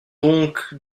donc